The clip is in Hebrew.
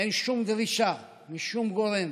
אין שום דרישה משום גורם